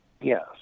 Yes